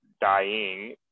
dying